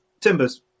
Timbers